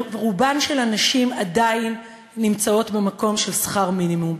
רוב הנשים נמצאות עדיין במקום של שכר מינימום.